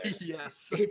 Yes